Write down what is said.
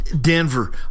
Denver